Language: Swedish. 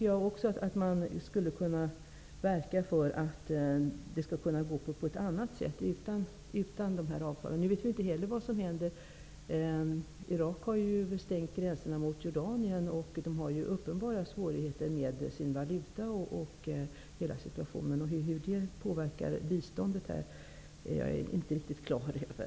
Jag tycker man skulle kunna verka för att det skulle kunna gå till på ett annat sätt, utan dessa avtal. Nu vet vi inte heller vad som skall hända. Irak har stängt gränserna mot Jordanien och har uppenbara svårigheter med valutan och hela situationen. Hur det kommer att påverka det här biståndet är jag inte riktigt klar över.